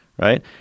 Right